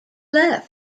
left